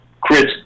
Chris